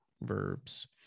verbs